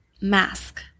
Mask